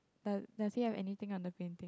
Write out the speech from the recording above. do~ does he have anything on the painting